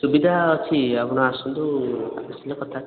ସୁବିଧା ଅଛି ଆପଣ ଆସନ୍ତୁ ଆସିଲେ କଥାବାର୍ତ୍ତା